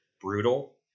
brutal